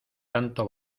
tanto